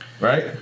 Right